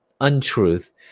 untruth